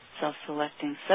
self-selecting